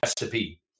recipe